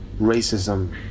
racism